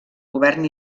govern